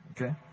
Okay